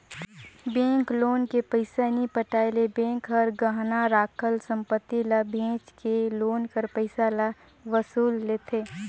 bank loan के पइसा नी पटाए ले बेंक हर गहना राखल संपत्ति ल बेंच के लोन कर पइसा ल वसूल लेथे